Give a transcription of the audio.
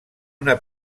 una